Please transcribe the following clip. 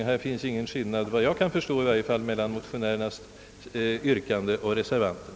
Härvidlag finns inte, enligt vad jag kan förstå, någon skillnad mellan motionärernas yrkande och reservanternas.